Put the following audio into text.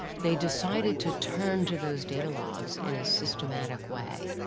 they decided to turn to those data logs in a systematic way,